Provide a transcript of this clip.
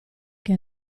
che